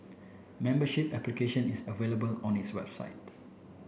membership application is available on its website